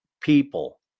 people